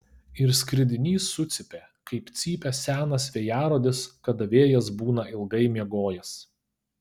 ir skridinys sucypė kaip cypia senas vėjarodis kada vėjas būna ilgai miegojęs